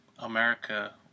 America